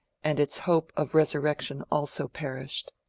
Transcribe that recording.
and its hope of resurrection also perished.